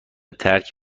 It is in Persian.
ترک